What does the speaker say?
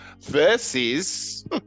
Versus